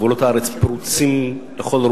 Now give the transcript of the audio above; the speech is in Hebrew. גבולות הארץ פרוצים לכל רוח.